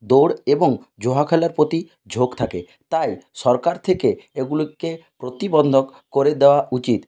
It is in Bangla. দৌড় এবং জুয়া খেলার প্রতি ঝোঁক থাকে তাই সরকার থেকে এগুলিকে প্রতিবন্ধক করে দেওয়া উচিত